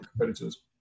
competitors